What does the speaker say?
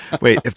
Wait